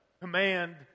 command